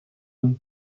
and